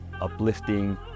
uplifting